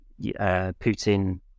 Putin